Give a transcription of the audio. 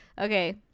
Okay